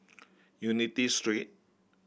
Unity Street